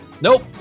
Nope